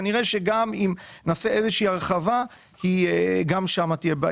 כנראה שגם אם נעשה איזו שהיא הרחבה תהיה בעיה.